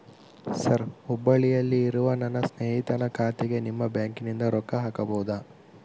Sir ಹುಬ್ಬಳ್ಳಿಯಲ್ಲಿ ಇರುವ ನನ್ನ ಸ್ನೇಹಿತನ ಖಾತೆಗೆ ನಿಮ್ಮ ಬ್ಯಾಂಕಿನಿಂದ ರೊಕ್ಕ ಹಾಕಬಹುದಾ?